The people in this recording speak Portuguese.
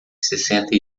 sessenta